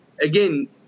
Again